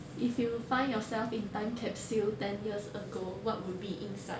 if you find yourself in time capsule ten years ago what would be inside